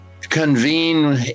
convene